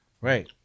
right